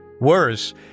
Worse